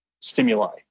stimuli